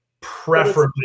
Preferably